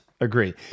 agree